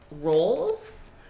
roles